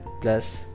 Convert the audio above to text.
plus